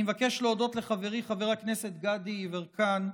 אני מבקש להודות לחברי חבר הכנסת גדי יברקן,